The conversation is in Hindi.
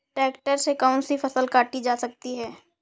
ट्रैक्टर से कौन सी फसल काटी जा सकती हैं?